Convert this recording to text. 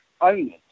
owners